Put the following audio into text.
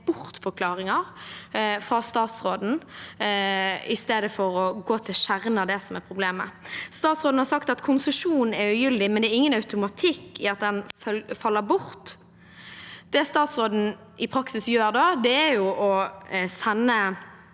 bortforklaringer fra statsråden heller enn at han går til kjernen av det som er problemet. Statsråden har sagt at konsesjonen er ugyldig, men at det er ingen automatikk i at den faller bort. Det stats råden i praksis gjør da, er å sende